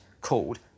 called